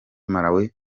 malawi